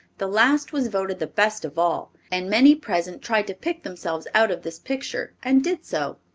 the last was voted the best of all, and many present tried to pick themselves out of this picture and did so.